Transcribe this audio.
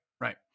right